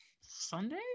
Sunday